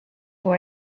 può